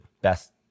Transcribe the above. best